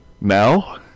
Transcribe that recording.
Now